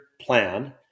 plan